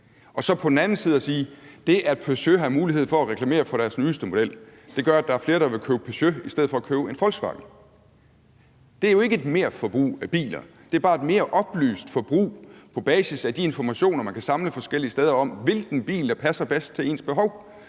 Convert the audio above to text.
i den her debat – og på at sige, at det, at Peugeot har mulighed for at reklamere for deres nyeste model, gør, at der er flere, der vil købe Peugeot i stedet for at købe Volkswagen. Det er jo ikke et merforbrug af biler. Det er bare et mere oplyst forbrug på basis af de informationer, man kan samle forskellige steder fra, om, hvilken bil der passer bedst til ens behov.